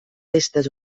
restes